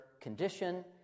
condition